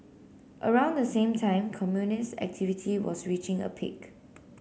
around the same time communist activity was reaching a peak